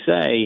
say